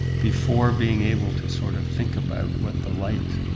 before being able to sort of think about what the light,